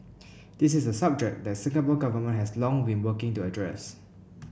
this is a subject the Singapore Government has long been working to address